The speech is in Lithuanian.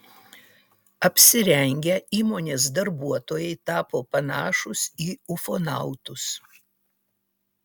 apsirengę įmonės darbuotojai tapo panašūs į ufonautus